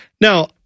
Now